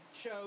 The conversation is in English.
show